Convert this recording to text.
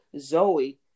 Zoe